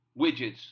widgets